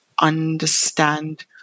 understand